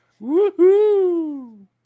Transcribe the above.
woohoo